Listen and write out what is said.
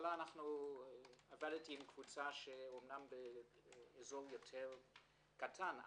בהתחלה עבדתי עם קבוצה שאמנם באזור יותר קטן,